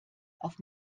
auf